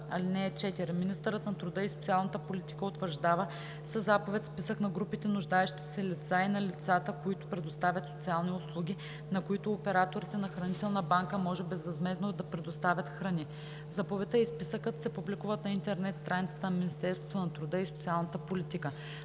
храна. (4) Министърът на труда и социалната политика утвърждава със заповед списък на групите нуждаещи се лица и на лицата, които предоставят социални услуги, на които операторите на хранителна банка може безвъзмездно да предоставят храни. Заповедта и списъкът се публикуват на интернет страницата на Министерството на труда и социалната политика.